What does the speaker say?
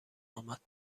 آمد